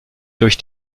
durch